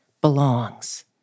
belongs